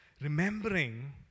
Remembering